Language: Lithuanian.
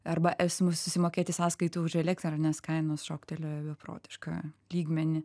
arba esamų susimokėti sąskaitų už elektrą nes kainos šoktelėjo į beprotišką lygmenį